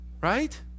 Right